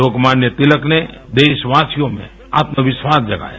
लोकमान्य तिलक ने देशवासियों में आत्मविश्वास जगाया